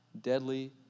deadly